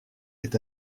est